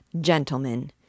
gentlemen